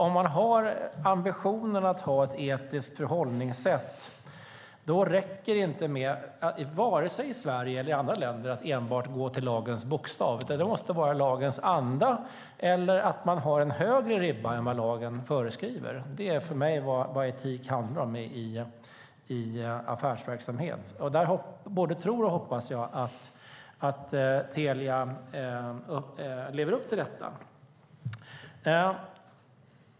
Om man har ambitionen att ha ett etiskt förhållningssätt räcker det inte vare sig i Sverige eller i andra länder med att enbart gå till lagens bokstav. Det måste vara lagens anda eller att man har en högre ribba än vad lagen föreskriver. Det är för mig vad etik handlar om i affärsverksamhet. Där både tror och hoppas jag att Telia Sonera lever upp till detta.